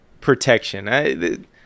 protection